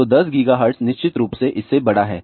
तो 10 GHz निश्चित रूप से इससे बड़ा है